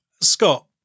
Scott